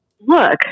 look